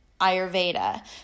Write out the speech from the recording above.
Ayurveda